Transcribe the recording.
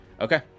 Okay